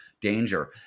danger